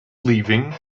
leaving